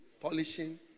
polishing